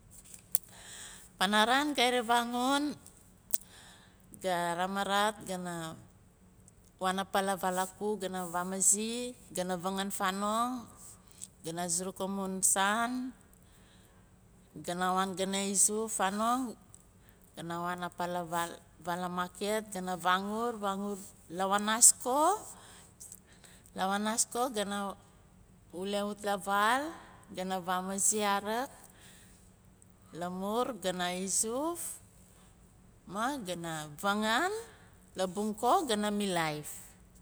Panaran ga ravangan ga ramarat gana waan apaa lavaala kuk gana vamazi gana vangan fanong gana suruk amun saan gana waan gana izuf fanong gana waan apa lavaal a market gana vangur vangur lawanaas ko- lawanaas gana wule wut lavaal. gana vamazir xarak, lamur gana izuf. maan gana vangan. labung ko gana milaif.